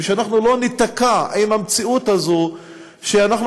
ושאנחנו לא ניתקע עם המציאות הזו שאנחנו